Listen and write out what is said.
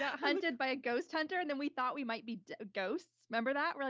yeah hunted by a ghost hunter and then we thought we might be ghosts. remember that? we're ah